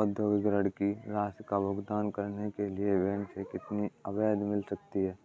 उद्योग ऋण की राशि का भुगतान करने के लिए बैंक से कितनी अवधि मिल सकती है?